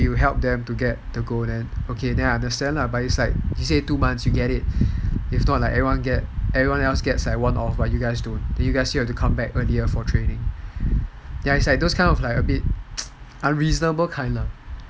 then you help them to get the gold then I understand lah but then like he say two months you get it if not like everyone else gets like one off but you guys don't you guys still have to come back here for training ya so it's like those kind of unreasonable kind lah